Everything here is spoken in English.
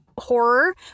horror